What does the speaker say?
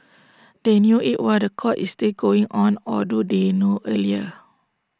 they knew IT while The Court is still going on or do they know earlier